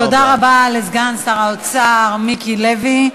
תודה רבה לסגן שר האוצר מיקי לוי.